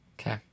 Okay